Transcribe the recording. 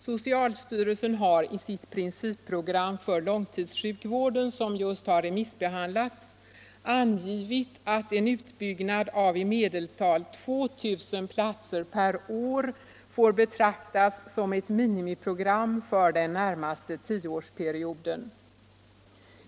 Socialstyrelsen har i sitt principprogram för långtidssjukvården, som just remissbehandlats, angivit att en utbyggnad av i medeltal 2 000 platser per år får betraktas som ett minimiprogram för den närmaste tioårsperioden.